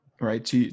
Right